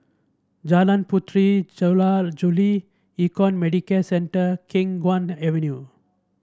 Jalan Puteri Jula Juli Econ Medicare Centre Khiang Guan Avenue